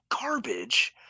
garbage